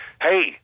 hey